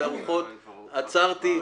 עצרתי,